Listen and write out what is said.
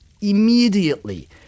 immediately